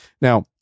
Now